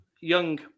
Young